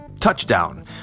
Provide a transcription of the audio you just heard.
touchdown